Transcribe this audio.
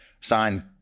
signed